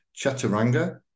Chaturanga